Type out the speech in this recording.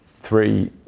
three